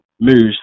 moves